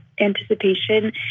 anticipation